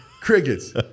Crickets